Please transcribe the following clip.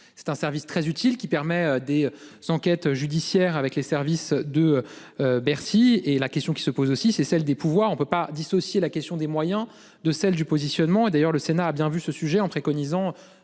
c'est un service très utile qui permet des s'enquête judiciaire avec les services de. Bercy et la question qui se pose aussi, c'est celle des pouvoirs. On ne peut pas dissocier la question des moyens de celle du positionnement et d'ailleurs, le Sénat a bien vu ce sujet en préconisant